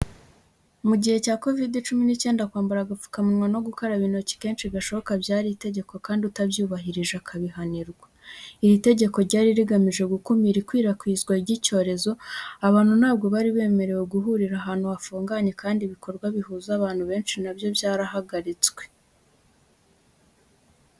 Mu gihe cya kovidi cumi n'icyenda, kwambara agapfukamunwa no gukaraba intoki kenshi gashoboka byari itegeko kandi utabyubahirije akabihanirwa. Iri tegeko ryari rigamije gukumira ikwirakwizwa ry'icyorezo. Abantu ntabwo bari bemerewe guhurira ahantu hafunganye kandi ibikorwa bihuza abantu benshi na byo byarahagaritswe.